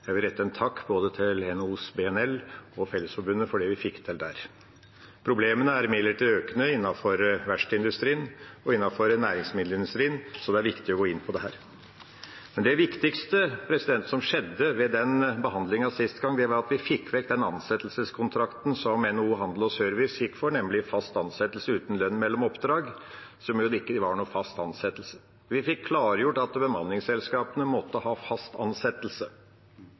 Jeg vil rette en takk både til NHOs BNL og til Fellesforbundet for det vi fikk til der. Problemene er imidlertid økende innenfor verkstedindustrien og næringsmiddelindustrien, så det er viktig å gå inn på dette. Det viktigste som skjedde ved behandlingen sist gang, var at vi fikk vekk den ansettelseskontrakten som NHO Service og Handel gikk for, nemlig fast ansettelse uten lønn mellom oppdrag, som jo ikke var noen fast ansettelse. Vi fikk klargjort at bemanningsselskapene måtte ha fast ansettelse.